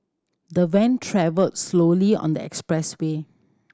the van travelled slowly on the expressway